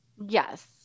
Yes